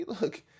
look